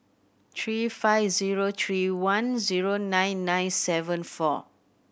three five zero three one zero nine nine seven four